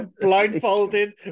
Blindfolded